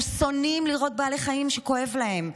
אנחנו שונאים לראות בעלי חיים שכואב להם.